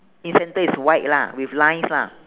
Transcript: in center is white lah with lines lah